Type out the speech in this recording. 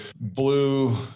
blue